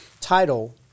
title